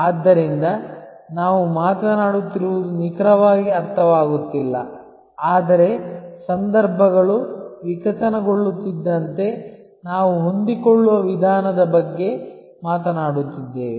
ಆದ್ದರಿಂದ ನಾವು ಮಾತನಾಡುತ್ತಿರುವುದು ನಿಖರವಾಗಿ ಅರ್ಥವಾಗುತ್ತಿಲ್ಲ ಆದರೆ ಸಂದರ್ಭಗಳು ವಿಕಸನಗೊಳ್ಳುತ್ತಿದ್ದಂತೆ ನಾವು ಹೊಂದಿಕೊಳ್ಳುವ ವಿಧಾನದ ಬಗ್ಗೆ ಮಾತನಾಡುತ್ತಿದ್ದೇವೆ